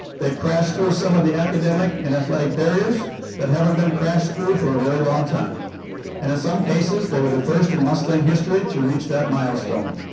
they've crashed through some of the academic and athletic barriers that haven't been crashed through for a very long time and in some cases they were the first in mustang history to reach that milestone.